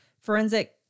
forensic